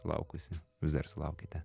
laukusi vis dar sulaukiate